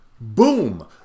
Boom